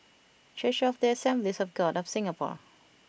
Church of the Assemblies of God of Singapore